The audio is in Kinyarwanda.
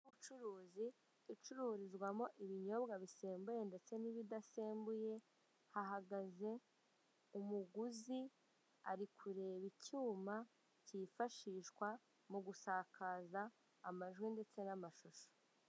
Inzu icururizwamo ibinyobwa bisembuye ndetse n'ibidasembuye, hahagaze umuguzi ari kureba icyuma cyifashishwa mu gusakaza amajwi ndetse n'amashusho.